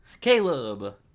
Caleb